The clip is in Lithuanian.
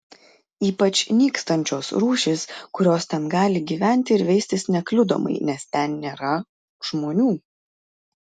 ypač nykstančios rūšys kurios ten gali gyventi ir veistis nekliudomai nes ten nėra žmonių